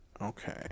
Okay